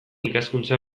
ikaskuntza